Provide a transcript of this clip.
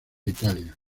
italia